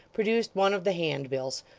produced one of the handbills,